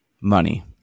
Money